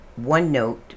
OneNote